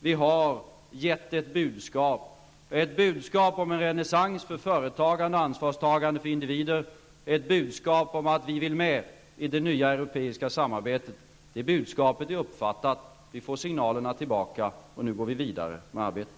Vi har givit ett budskap, ett budskap om en renässans för företagande och ansvarstagande för individer, ett budskap om att vi vill vara med i det nya europeiska samarbetet. Det budskapet är uppfattat. Vi får signalerna tillbaka, och nu går vi vidare med arbetet.